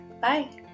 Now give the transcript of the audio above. Bye